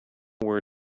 where